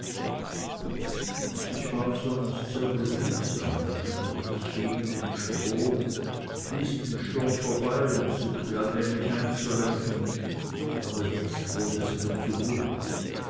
ich war sonst sehr behutsam und schwamm nicht gegen den strom ich ließ den sturm vorbei und suchte allmählich einzulenken aber jetzt wurde es mir zu bunt